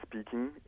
speaking